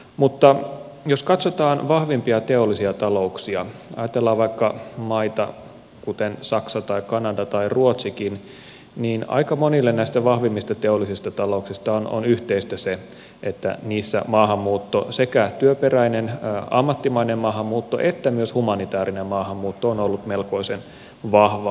mutta jos katsotaan vahvempia teollisia talouksia ajatellaan vaikka maita kuten saksa tai kanada tai ruotsikin niin aika monille näistä vahvimmista teollisista talouksista on yhteistä se että niissä maahanmuutto sekä työperäinen ammattimainen maahanmuutto että myös humanitäärinen maahanmuutto on ollut melkoisen vahvaa